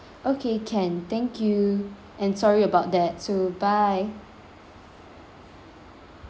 okay can thank you and sorry about that so bye